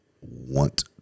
want